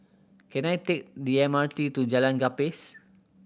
can I take the M R T to Jalan Gapis